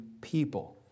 people